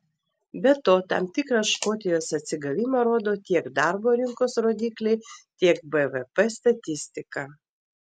be to tam tikrą škotijos atsigavimą rodo tiek darbo rinkos rodikliai tiek bvp statistika